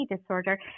disorder